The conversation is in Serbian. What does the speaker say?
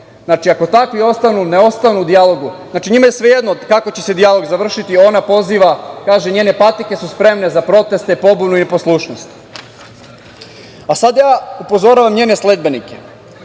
ako takvi ne ostanu u dijalogu, njima je svejedno kako će se dijalog završiti. Ona poziva, kaže – njene patike su spremne za proteste, pobunu i neposlušnost. Sad ja upozoravam njene sledbenike